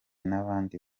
n’abandi